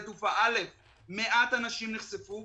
פרטית שתטפל רק בסוגיית הנוסעים לבין לשקול לאפשר לגוף אחר,